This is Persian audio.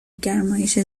گرمایش